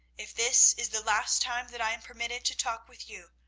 if this is the last time that i am permitted to talk with you,